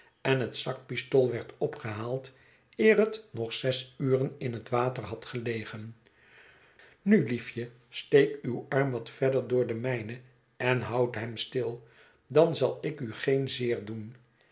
en het zakpistool werd opgehaald eer het nog zes uren in het water had gelegen nu liefje steek uw arm wat verder door den mijnen en houd hem stil dan zal ik u geen zeer doen